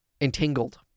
entangled